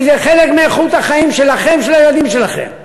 כי זה חלק מאיכות החיים שלכם, של הילדים שלכם.